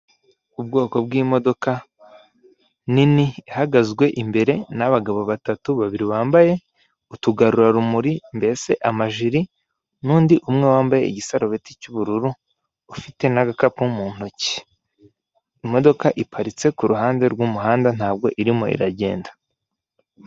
Ubwoko bw'imodoka nini ihagaze imbere n'abagabo batatu babiri bambaye utugarurarumuri mbese amajiri n'undi umwe wambaye igisarobeti cy'ubururu ufite n'agakapu mu ntoki. Imodoka iparitse kuruhande rw'umuhanda ntabwo irimo iragenda.